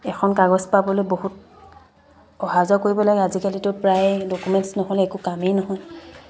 এখন কাগজ পাবলৈ বহুত অহা যোৱা কৰিব লাগে আজিকালিতো প্ৰায় ডকুমেণ্টছ নহ'লে একো কামেই নহয়